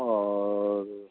और